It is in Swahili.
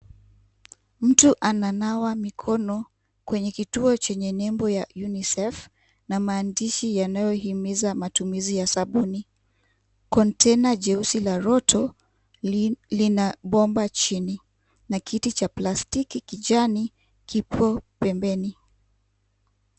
Mtu ananawa mikono kwenye kituo chenye nembo ya UNICEF na maandishi yanayohimiza matumizi ya sabuni . Konteina jeusi la roto lina bomba chini na kiti cha plastiki kijani kipo pembeni.